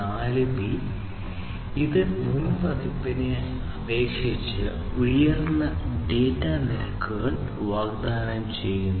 4 B ഇത് മുൻ പതിപ്പിനെ അപേക്ഷിച്ച് ഉയർന്ന ഡാറ്റ നിരക്കുകൾ വാഗ്ദാനം ചെയ്യുന്നു